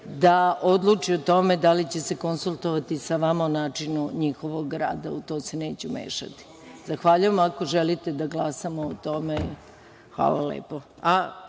da odluči o tome da li će se konsultovati sa vama o načinu njihovog rada, u to se neću mešati. Zahvaljujem. Ako želite da glasamo o tome… Hvala